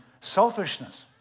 selfishness